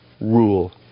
rule